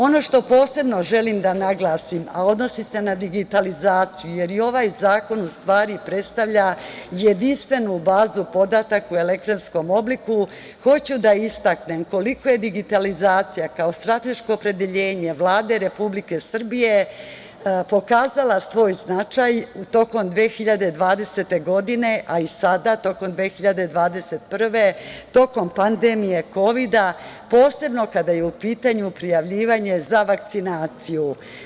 Ono što posebno želim da naglasim, a odnosi se na digitalizaciju, jer i ovaj zakon u stvari predstavlja jedinstvenu bazu podataka u elektronskom obliku, hoću da istaknem koliko je digitalizacija kao strateško opredeljenje Vlade Republike Srbije pokazala svoj značaj tokom 2020. godine, a i sada tokom 2021. godine, tokom pandemije kovida, posebno kada je u pitanju prijavljivanje za vakcinaciju.